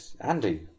Andy